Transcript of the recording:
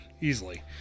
Easily